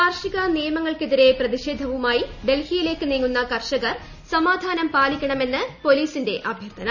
കാർഷിക നിയമങ്ങൾക്കെതിരെ പ്രതിഷേധവുമായി ഡൽഹിയിലേയ്ക്ക് നീങ്ങുന്ന കർഷകർ സമാധാനം പാലിക്കണമെന്ന് പോലീസിന്റെ അഭ്യർത്ഥന